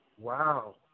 Wow